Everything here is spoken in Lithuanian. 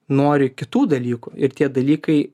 nori kitų dalykų ir tie dalykai